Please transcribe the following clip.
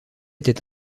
était